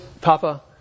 Papa